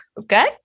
okay